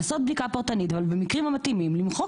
לעשות בדיקה פרטנית, אבל במקרים המתאימים למחוק.